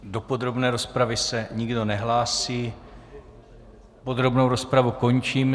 Do podrobné rozpravy se nikdo nehlásí, podrobnou rozpravu končím.